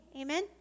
Amen